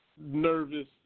Nervous